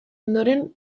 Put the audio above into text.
ondoren